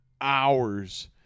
hours